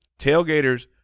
tailgaters